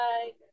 Bye